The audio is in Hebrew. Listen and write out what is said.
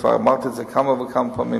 וכבר אמרתי את זה כמה וכמה פעמים,